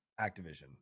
Activision